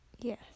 Yes